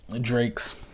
drake's